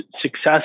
success